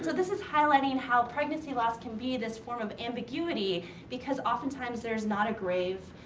so this is highlighting how pregnancy loss can be this form of ambiguity because often times there's not a grave.